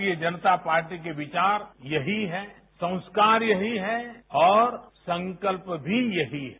भारतीय जनता पार्टी के विचार यही हैं संस्कार यही हैं और संकल्प भी यही है